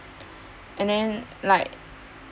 and then like